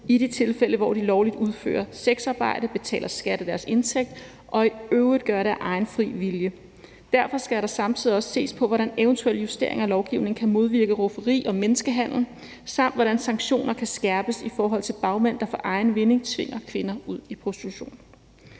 i de tilfælde, hvor de lovligt udfører sexarbejde, betaler skat af deres indtægt og i øvrigt gør det af egen fri vilje. Derfor skal der også ses på, hvordan eventuelle justeringer af lovgivningen kan modvirke rufferi og menneskehandel, samt hvordan sanktioner kan skærpes i forhold til bagmænd, der for egen vindings skyld sender kvinder ud i prostitution.